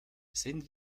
sind